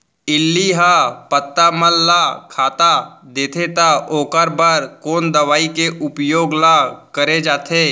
इल्ली ह पत्ता मन ला खाता देथे त ओखर बर कोन दवई के उपयोग ल करे जाथे?